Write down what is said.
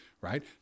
Right